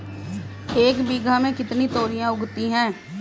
एक बीघा में कितनी तोरियां उगती हैं?